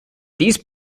these